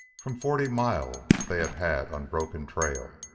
from forty mile they had had unbroken trail,